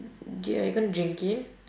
uh are you gonna drink it